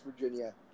Virginia